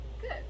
Good